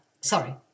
sorry